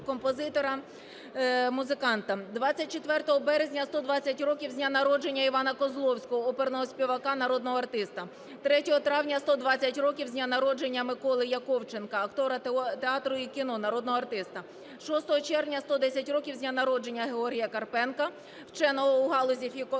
24 березня – 120 років з дня народження Івана Козловського (оперного співака, народного артиста); 3 травня – 120 років з народження Миколи Яковченка (актора театру і кіно, народного артиста); 6 червня – 110 років з дня народження Георгія Карпенка (вченого у галузі